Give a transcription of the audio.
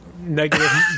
negative